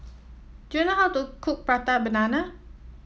do you know how to cook Prata Banana